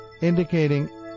indicating